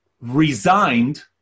resigned